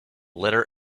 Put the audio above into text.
letter